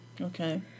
Okay